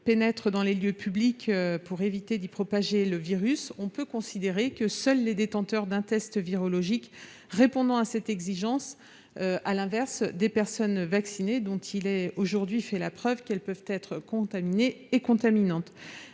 pénétrer dans les lieux publics pour éviter tout risque de propagation du virus. Dès lors, on peut considérer que seuls les détenteurs d'un test virologique répondent à cette exigence, à l'inverse des personnes vaccinées, dont il est aujourd'hui prouvé qu'elles peuvent être à la fois contaminées et contaminantes.